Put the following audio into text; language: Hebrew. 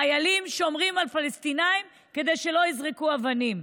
חיילים שומרים על פלסטינים כדי שלא יזרקו אבנים.